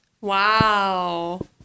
Wow